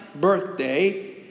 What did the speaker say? birthday